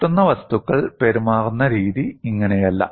പൊട്ടുന്ന വസ്തുക്കൾ പെരുമാറുന്ന രീതി ഇങ്ങനെയല്ല